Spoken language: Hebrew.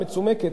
מצומקת,